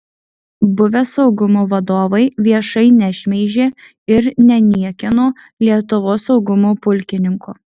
buvę saugumo vadovai viešai nešmeižė ir neniekino lietuvos saugumo pulkininko